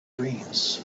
dreams